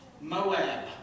Moab